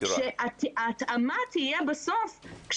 שההתאמה תהיה בסוף,